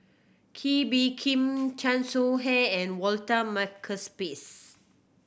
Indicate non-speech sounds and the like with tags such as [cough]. Kee Bee Khim Chan Soh Ha and Walter [unintelligible]